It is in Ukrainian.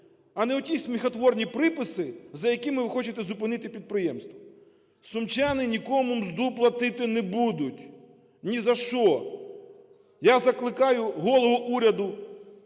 а не оті сміхотворні приписи, за якими ви хочете зупинити підприємство. Сумчани нікому мзду платити не будуть, ні за що. Я закликаю голову уряду